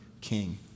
king